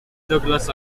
douglas